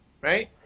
right